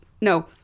No